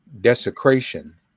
desecration